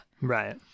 Right